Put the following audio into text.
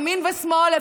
ימין ושמאל,